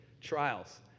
trials